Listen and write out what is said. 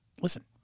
listen